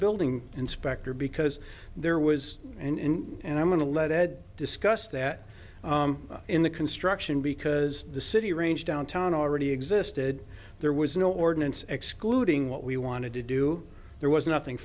building inspector because there was and and i'm going to let ed discuss that in the construction because the city range downtown already existed there was no ordinance excluding what we wanted to do there was nothing